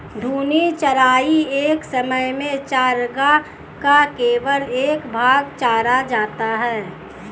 घूर्णी चराई एक समय में चरागाह का केवल एक भाग चरा जाता है